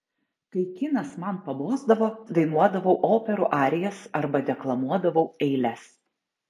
kai kinas man pabosdavo dainuodavau operų arijas arba deklamuodavau eiles